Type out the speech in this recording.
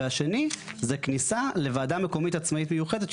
והשני זה כניסה לוועדה מקומית עצמאית מיוחדת,